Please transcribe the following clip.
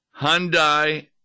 Hyundai